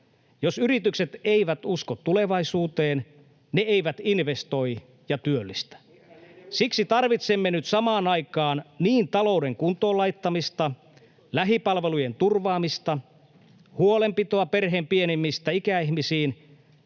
Jos yritykset eivät usko tulevaisuuteen, ne eivät investoi ja työllistä. Siksi tarvitsemme nyt samaan aikaan niin talouden kuntoon laittamista, lähipalvelujen turvaamista, huolenpitoa perheen pienimmistä ikäihmisiin